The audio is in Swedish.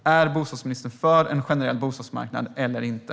Är bostadsministern för en generell bostadsmarknad eller inte?